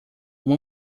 uma